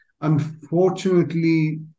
Unfortunately